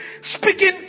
Speaking